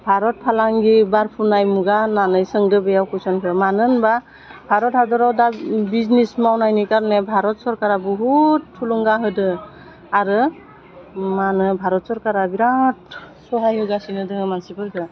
भारत फालांगि बारफुनाय मुगा होन्नानै सोंदो बेयाव कुइसनखौ मानो होनबा भारत हादराव दा बिजनिस मावनायनि गारनो भारत सरकारा बुहुत थुलुंगा होदो आरो मा होनो भारत सरकारा बिरात सहाय होगासिनो दोङो मानसिफोरखो